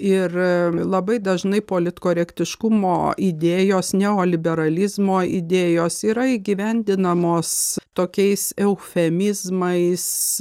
ir labai dažnai politkorektiškumo idėjos neoliberalizmo idėjos yra įgyvendinamos tokiais eufemizmais